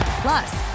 Plus